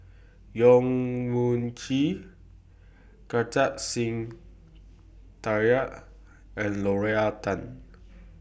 Yong Mun Chee Kartar Singh and Lorna Tan